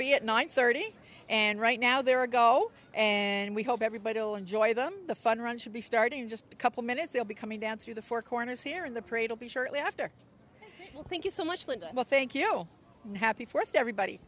be at nine thirty and right now there are go and we hope everybody will enjoy them the fun run should be starting in just couple minutes they'll be coming down through the four corners here in the parade will be shortly after thank you so much linda well thank you and happy fourth to everybody